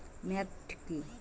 Maggot কি?